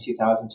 2000